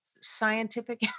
scientific